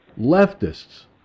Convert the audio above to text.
leftists